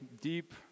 deep